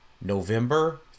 November